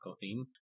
themes